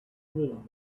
warm